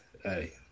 Hey